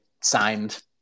signed